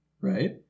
Right